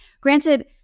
Granted